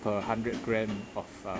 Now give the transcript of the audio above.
per hundred gram of uh